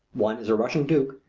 one is a russian duke,